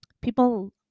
people